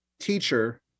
teacher